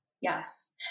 Yes